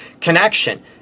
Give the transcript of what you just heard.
connection